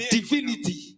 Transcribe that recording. divinity